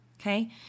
Okay